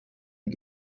ein